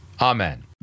Amen